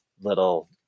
little